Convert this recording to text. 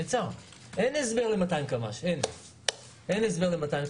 אין הסבר ל-200 קמ"ש.